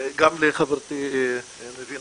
חברת הכנסת ניבין